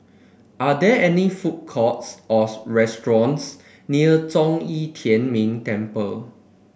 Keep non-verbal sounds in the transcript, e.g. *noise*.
are there any food courts or *unintelligible* restaurants near Zhong Yi Tian Ming Temple